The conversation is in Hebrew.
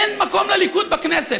אין מקום לליכוד בכנסת,